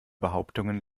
behauptungen